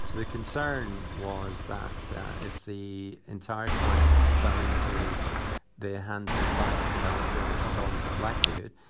the concern was that if the entire site fell into the ah hands of a private developer, which was always a likelihood,